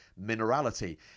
minerality